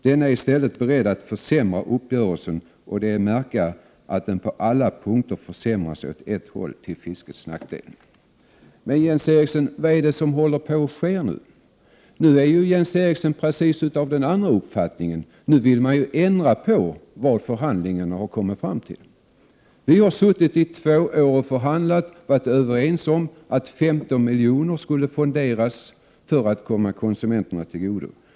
Denna är i stället beredd att försämra uppgörelsen, och det är att märka att den på alla punkter försämras åt ett håll: till fiskets nackdel.” Men, Jens Eriksson, vad är det som håller på att ske nu? Nu är Jens Eriksson precis av den andra uppfattningen. Nu vill han ändra på vad man har kommit fram till i förhandlingarna. Vi har suttit i två år och förhandlat och varit överens om att 15 milj.kr. skulle fonderas för att komma konsumenterna till godo.